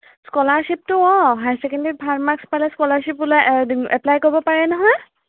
স্কলাৰশ্বিপটো অঁ high secondary ভাল marks পালে স্কলাৰশ্বিপ ওলায় এপ্লাই কৰিব পাৰে নহয়